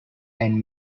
and